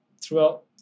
throughout